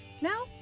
Now